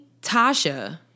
Tasha